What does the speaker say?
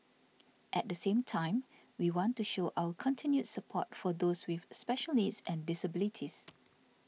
at the same time we want to show our continued support for those with special needs and disabilities